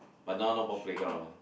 but now no more playground lah